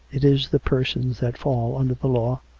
it is the persons that fall under the law,